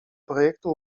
projektu